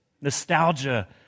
Nostalgia